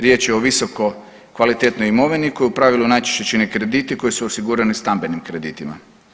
Riječ je o visoko kvalitetnoj imovini koja u pravilu najčešće čine krediti koji su osigurani stambenim kreditima.